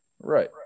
Right